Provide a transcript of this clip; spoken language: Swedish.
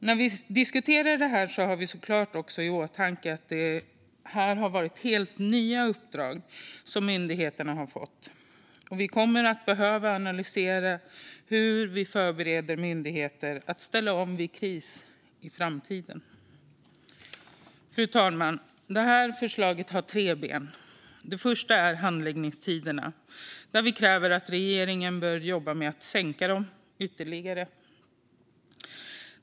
När vi diskuterar detta har vi såklart också i åtanke att det har varit helt nya uppdrag som myndigheterna har fått. Vi kommer att behöva analysera hur vi förbereder myndigheter på att ställa om vid kris i framtiden. Fru talman! Detta förslag har tre ben. Det första är handläggningstiderna, och vi kräver att regeringen ska jobba med att förkorta dem ytterligare.